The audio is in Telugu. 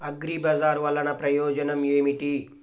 అగ్రిబజార్ వల్లన ప్రయోజనం ఏమిటీ?